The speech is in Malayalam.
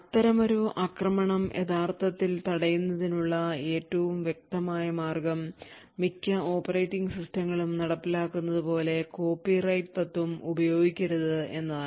അത്തരമൊരു ആക്രമണം യഥാർത്ഥത്തിൽ തടയുന്നതിനുള്ള ഏറ്റവും വ്യക്തമായ മാർഗം മിക്ക ഓപ്പറേറ്റിംഗ് സിസ്റ്റങ്ങളും നടപ്പിലാക്കുന്നതുപോലെ കോപ്പി റൈറ്റ് തത്വം ഉപയോഗിക്കരുത് എന്നതാണ്